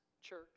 church